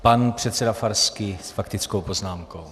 Pan předseda Farský s faktickou poznámkou.